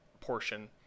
portion